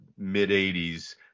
mid-'80s